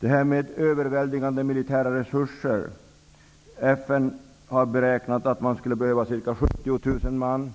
FN:s generalsekreterare beräknat att det skulle behövas ca 70 000 man.